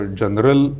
general